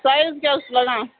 size کیٛاہ حظ چھُ لگان